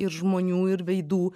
ir žmonių ir veidų